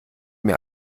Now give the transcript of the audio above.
mir